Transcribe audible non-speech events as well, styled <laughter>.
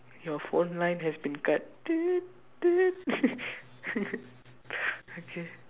your phone line has been cut <noise> <laughs> okay